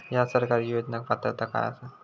हया सरकारी योजनाक पात्रता काय आसा?